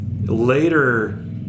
later